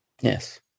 Yes